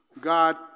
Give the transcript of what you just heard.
God